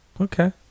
okay